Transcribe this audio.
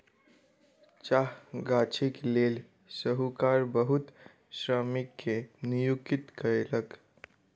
चाह गाछीक लेल साहूकार बहुत श्रमिक के नियुक्ति कयलक